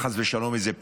חס ושלום איזה פסל,